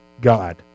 God